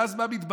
ואז מה מתברר?